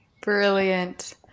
Brilliant